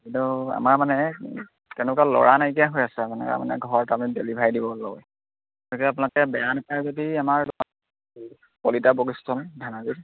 এইটো আমাৰ মানে তেনেকুৱা ল'ৰা নাইকিয়া হৈ আছে মানে মানে ঘৰত আমি ডেলিভাৰী দিবলৈ গতিকে আপোনালোকে বেয়া নাপায় যদি আমাৰ কলিতা বুক ষ্টল ধেমাজি